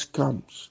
comes